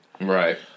Right